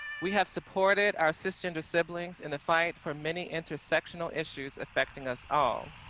we have supported our cisgender siblings in the fight for many intersectional issues affecting us all.